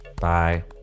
Bye